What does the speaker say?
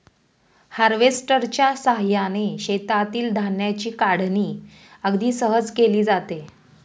हार्वेस्टरच्या साहाय्याने शेतातील धान्याची काढणी अगदी सहज केली जाते